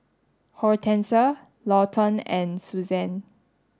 Hortense Lawton and Suzanne